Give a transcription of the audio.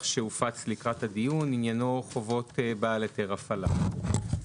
שהופץ לקראת הדיון ועניינו חובות בעל היתר הפעלה.